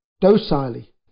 docilely